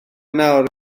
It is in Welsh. nawr